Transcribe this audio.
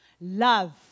love